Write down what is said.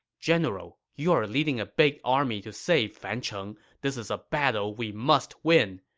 general, you're leading a big army to save fancheng. this is a battle we must win,